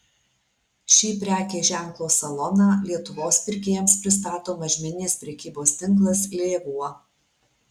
šį prekės ženklo saloną lietuvos pirkėjams pristato mažmeninės prekybos tinklas lėvuo